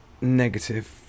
negative